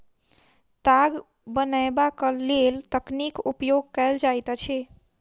ताग बनयबाक लेल तकलीक उपयोग कयल जाइत अछि